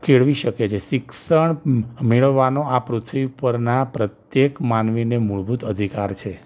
કેળવી શકે છે શિક્ષણ મમ મેળવવાનો આ પૃથ્વી પરના પ્રત્યેક માનવીને મૂળભૂત અધિકાર છે